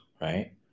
right